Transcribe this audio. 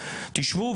תשבו,